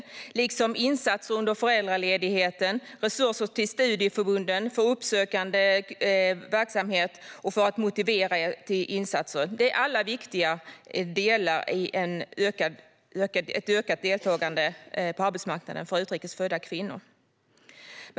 Detsamma gäller för medel till insatser under föräldraledigheten och för resurser till studieförbunden för uppsökande verksamhet och motiverande insatser. Dessa delar är alla viktiga för ett ökat deltagande på arbetsmarknaden bland utrikes födda kvinnor.